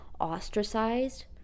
ostracized